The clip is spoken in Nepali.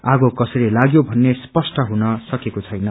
आगो कसरी लाग्यो भन्ने स्पष्ट हुन सकेको छैन